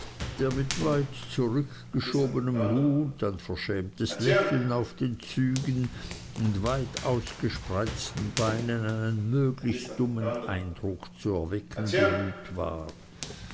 der mit weit zurückgeschobenem hut ein verschämtes lächeln auf den zügen und weit ausgespreizten beinen einen möglichst dummen eindruck zu erwecken bemüht war